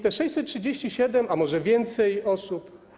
To 637, a może więcej, osób.